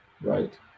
right